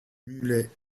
mulets